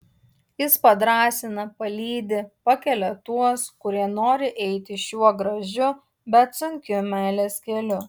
jis padrąsina palydi pakelia tuos kurie nori eiti šiuo gražiu bet sunkiu meilės keliu